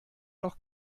noch